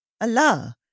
Allah